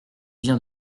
vient